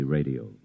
Radio